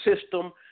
system